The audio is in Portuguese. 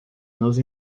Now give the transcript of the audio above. nos